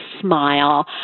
smile